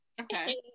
Okay